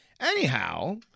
Anyhow